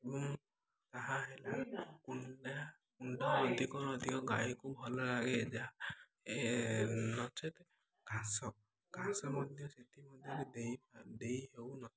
ଏବଂ ତାହା ହେଲା କୁଣ୍ଡାକୁଣ୍ଡା ଅଧିକ ଅଧିକ ଗାଈକୁ ଭଲ ଲାଗେ ଯାହା ନଚେତ ଘାସ ଘାସ ମଧ୍ୟ ସେଥିମଧ୍ୟରୁ ଦେଇ ଦେଇ ହେଉ ନ